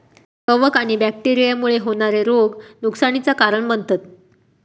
कवक आणि बैक्टेरिया मुळे होणारे रोग नुकसानीचा कारण बनतत